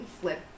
flip